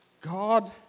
God